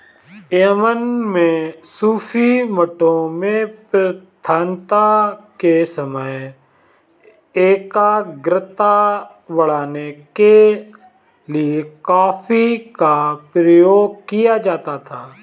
Yemen में सूफी मठों में प्रार्थना के समय एकाग्रता बढ़ाने के लिए कॉफी का प्रयोग किया जाता था